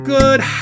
good